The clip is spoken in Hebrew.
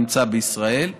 נמצא בישראל,